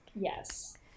Yes